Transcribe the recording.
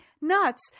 nuts